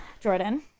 Jordan